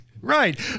right